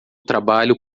trabalho